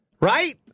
Right